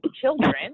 children